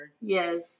yes